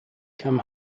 come